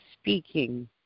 speaking